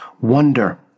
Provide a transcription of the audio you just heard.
Wonder